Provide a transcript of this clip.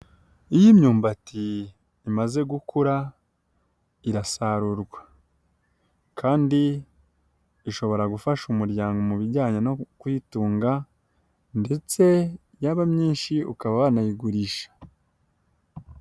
Iyo imyumbati imaze gukura irasarurwa kandi ishobora gufasha umuryango mu bijyanye no kwitunga ndetse yaba myinshi ukaba wanayigurisha.